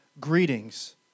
Greetings